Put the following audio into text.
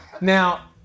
now